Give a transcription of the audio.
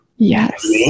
Yes